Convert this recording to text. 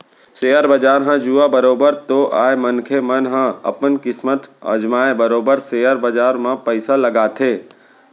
share बजार ह जुआ बरोबर तो आय मनखे मन ह अपन किस्मत अजमाय बरोबर सेयर बजार म पइसा लगाथे